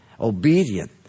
obedient